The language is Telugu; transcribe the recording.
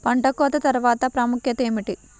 పంట కోత తర్వాత ప్రాముఖ్యత ఏమిటీ?